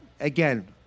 again